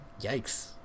Yikes